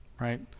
right